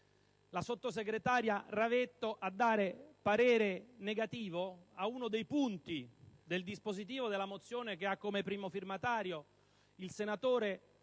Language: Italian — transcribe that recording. la sottosegretaria Ravetto ad esprimere parere negativo su uno dei punti del dispositivo della mozione che ha come primo firmatario il senatore Rutelli